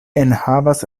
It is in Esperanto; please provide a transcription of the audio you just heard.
enhavas